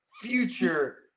future